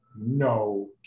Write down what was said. no